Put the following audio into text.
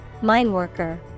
Mineworker